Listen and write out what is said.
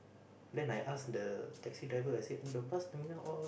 then I ask the taxi driver I said oh the bus terminal all